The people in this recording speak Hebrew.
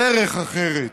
דרך אחרת.